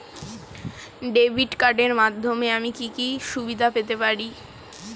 Debit কার্ডের মাধ্যমে আমি কি কি সুবিধা পেতে পারি?